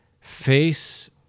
face